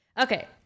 Okay